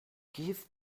give